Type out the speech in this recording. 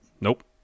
Nope